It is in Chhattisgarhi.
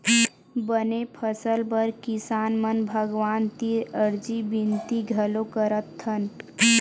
बने फसल बर किसान मन भगवान तीर अरजी बिनती घलोक करथन